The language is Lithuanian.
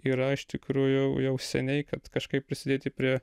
yra iš tikrųjų jau seniai kad kažkaip prisidėti prie